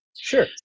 Sure